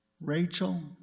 Rachel